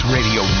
Radio